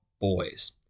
boys